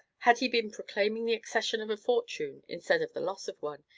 had he been proclaiming the accession of a fortune, instead of the loss of one,